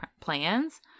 plans